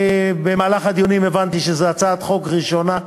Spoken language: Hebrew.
במהלך הדיונים הבנתי שזו הצעת החוק הראשונה,